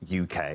uk